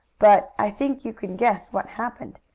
but i think you can guess what happened.